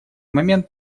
момент